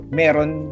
meron